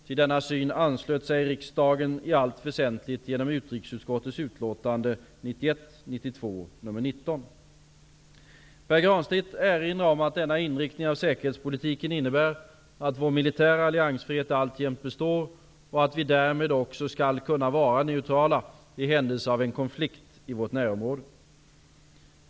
Till denna syn anslöt sig riksdagen i allt väsentligt genom utrikesutskottets utlåtande Pär Granstedt erinrar om att denna inriktning av säkerhetspolitiken innebär att vår militära alliansfrihet alltjämt består och att vi därmed också skall kunna vara neutrala i händelse av en konflikt i vårt närområde.